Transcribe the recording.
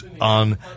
on